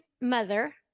mother